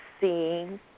seeing